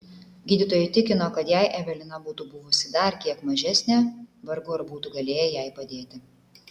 gydytojai tikino kad jei evelina būtų buvusi dar kiek mažesnė vargu ar būtų galėję jai padėti